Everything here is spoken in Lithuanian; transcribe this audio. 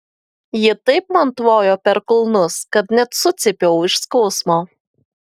ji taip man tvojo per kulnus kad net sucypiau iš skausmo